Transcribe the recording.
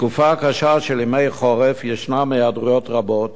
בתקופה הקשה של ימי החורף יש היעדרויות רבות,